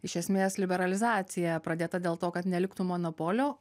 iš esmės liberalizacija pradėta dėl to kad neliktų monopolio